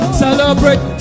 celebrate